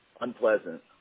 unpleasant